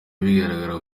bigaragara